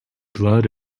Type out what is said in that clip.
blood